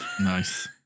nice